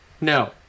No